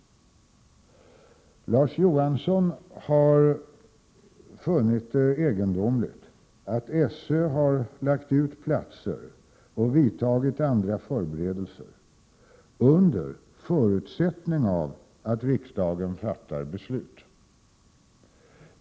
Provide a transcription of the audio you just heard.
Larz Johansson har funnit det egendomligt att SÖ har lagt ut platser och vidtagit andra förberedelser under förutsättning att riksdagen fattar beslut.